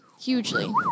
hugely